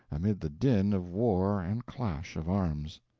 amid the din of war and clash of arms.